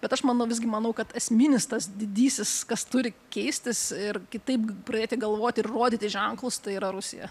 bet aš manau visgi manau kad esminis tas didysis kas turi keistis ir kitaip pradėti galvoti ir rodyti ženklus tai yra rusija